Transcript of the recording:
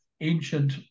ancient